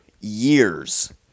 years